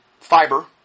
Fiber